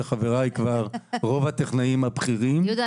ורוב הטכנאים הבכירים --- יהודה,